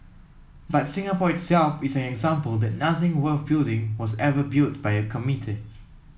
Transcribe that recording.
but Singapore itself is an example that nothing worth building was ever built by a committee